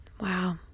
Wow